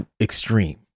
extreme